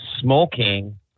smoking